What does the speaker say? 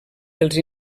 pels